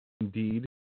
indeed